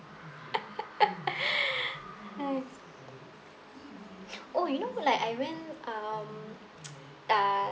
oh you know like I went um uh